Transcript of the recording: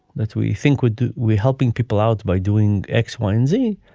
that we think we do. we're helping people out by doing x, y and z.